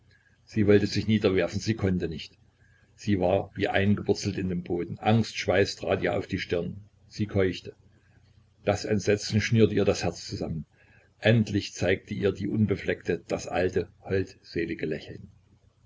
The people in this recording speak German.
sie wollte sich niederwerfen sie konnte nicht sie war wie eingewurzelt in den boden angstschweiß trat ihr auf die stirn sie keuchte das entsetzen schnürte ihr das herz zusammen endlich zeigte ihr die unbefleckte das alte holdselige lächeln